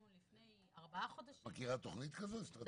לפני ארבעה חודשים -- את מכירה תכנית אסטרטגית כזאת?